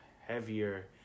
heavier